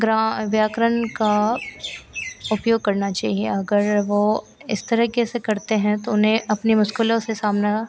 ग्रा व्याकरण का उपयोग करना चहिए अगर वह इस तरह कैसे करते हैं तो उन्हें अपनी मुश्किलों से सामना